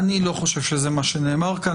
חושב שזה מה שנאמר כאן.